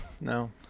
No